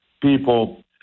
people